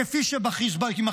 כפי שעם החיזבאללה,